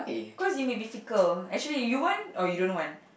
cause you may be fickle actually you want or you don't want